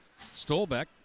Stolbeck